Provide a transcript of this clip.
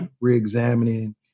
re-examining